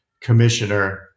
commissioner